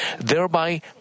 thereby